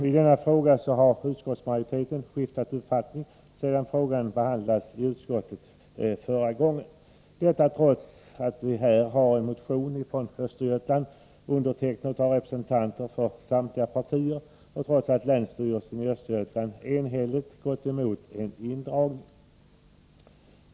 I denna fråga har utskottsmajoriteten skiftat uppfattning sedan saken förra gången behandlades i utskottet. Detta har skett trots att vi här har en motion från Östergötland undertecknad av representanter för samtliga partier och trots att länsstyrelsen i Östergötland enhälligt gått emot en indragning.